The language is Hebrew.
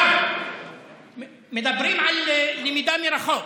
מדברים על למידה מרחוק,